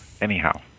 Anyhow